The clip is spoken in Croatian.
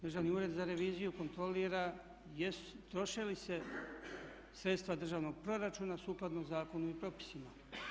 Državni ured za reviziju kontrolira troše li se sredstva državnog proračuna sukladno zakonu i propisima.